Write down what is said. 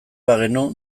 bagenu